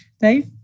Dave